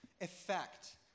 effect